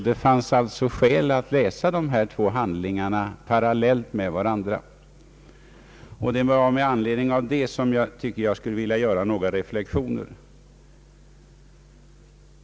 Det fanns alltså skäl att läsa dessa två handlingar parallellt med varandra, och det är med anledning därav som jag skulle vilja göra några reflexioner.